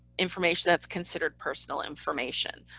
information that's considered personal information.